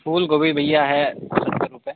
फूल गोभी भैया है सत्तर रुपये